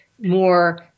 more